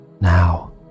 now